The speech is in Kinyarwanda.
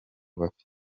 bafite